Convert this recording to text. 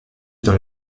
dans